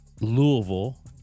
Louisville